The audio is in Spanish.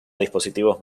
dispositivos